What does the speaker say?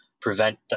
prevent